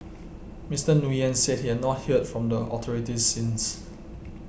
Mister Nguyen said he has not heard from the authorities since